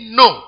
no